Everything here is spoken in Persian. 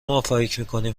مافکرمیکنیم